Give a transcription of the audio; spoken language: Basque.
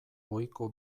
ohiko